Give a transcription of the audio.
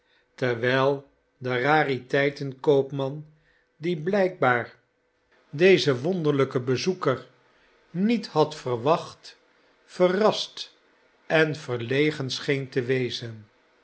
terwijl de rariteitenkoopman die blijkbaar dezen de dwerg en het geld wonderlijken bezoeker niet had verwacht verrast en verlegen scheen te wezen